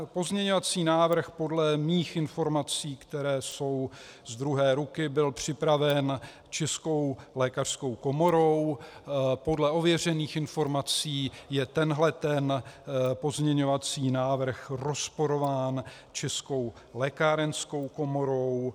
Pozměňovací návrh podle mých informací, které jsou z druhé ruky, byl připraven Českou lékařskou komorou, podle ověřených informací je tenhle ten pozměňovací návrh rozporován Českou lékárenskou komorou.